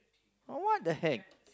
what the heck